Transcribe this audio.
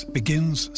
begins